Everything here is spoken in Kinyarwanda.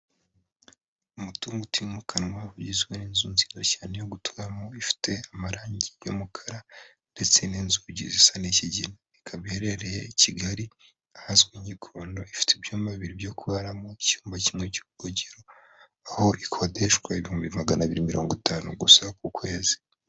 Umutungo utimukanwa ugizwe n'inzu nziza cyane yo guturamo, ifite amarangi y'umukara ndetse n'inzugi zisa n'ikigina, ikaba iherereye i Kigali ahazwi nk'i Gikondo, ifite ibyumba bibiri byo kuraramo, icyumba kimwe cy'ubwogero, aho ikodeshwa ibihumbi magana abiri mirongo itanu gusa ku kwezi.